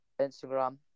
Instagram